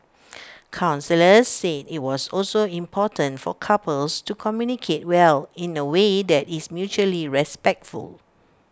counsellors said IT was also important for couples to communicate well in away that is mutually respectful